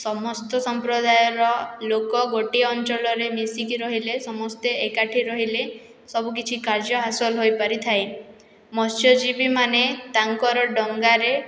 ସମସ୍ତ ସଂପ୍ରଦାୟର ଲୋକ ଗୋଟିଏ ଅଞ୍ଚଳରେ ମିଶିକି ରହିଲେ ସମସ୍ତେ ଏକାଠି ରହିଲେ ସବୁକିଛି କାର୍ଯ୍ୟ ହାସଲ ହୋଇପାରିଥାଏ ମତ୍ସ୍ୟଜୀବୀମାନେ ତାଙ୍କର ଡଙ୍ଗାରେ